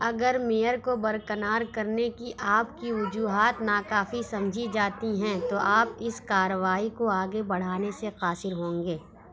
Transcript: اگر میئر کو برکنار کرنے کی آپ کی وجوہات ناکافی سمجھی جاتی ہیں تو آپ اس کارروائی کو آگے بڑھانے سے قاصر ہوں گے